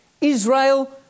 Israel